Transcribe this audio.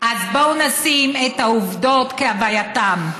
אז בואו נשים את העובדות כהווייתן.